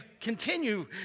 continue